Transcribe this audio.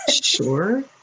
sure